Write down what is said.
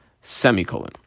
Semicolon